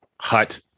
hut